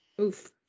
Oof